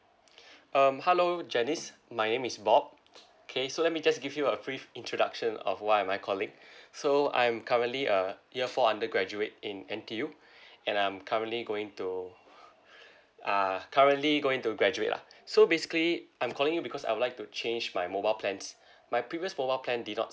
um hello janice my name is bob okay so let me just give you a brief introduction of why am I calling so I'm currently a year four undergraduate in N_T_U and I'm currently going to uh currently going to graduate lah so basically I'm calling you because I would like to change my mobile plans my previous mobile plan did not